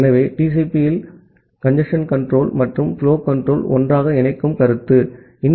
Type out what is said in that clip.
ஆகவே இது TCP இல் கஞ்சேஸ்ன் கன்ட்ரோல் மற்றும் புலோ கட்டுப்பாட்டை ஒன்றாக இணைக்கும் கருத்து ஆகும்